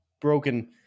broken